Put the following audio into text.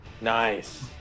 Nice